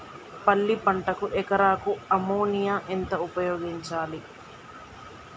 పల్లి పంటకు ఎకరాకు అమోనియా ఎంత ఉపయోగించాలి?